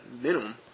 minimum